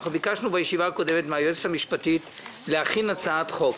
ביקשנו בישיבה הקודמת מהיועצת המשפטית לוועדה להכין הצעת חוק.